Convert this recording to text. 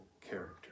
character